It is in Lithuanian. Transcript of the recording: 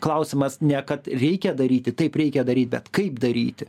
klausimas ne kad reikia daryti taip reikia daryt bet kaip daryti